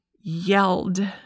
yelled